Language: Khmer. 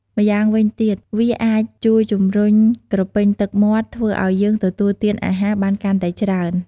ម្យ៉ាងវិញទៀត វាអាចជួយជំរុញក្រពេញទឹកមាត់ ធ្វើឱ្យយើងទទួលទានអាហារបានកាន់តែច្រើន ។